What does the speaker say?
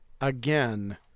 again